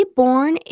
born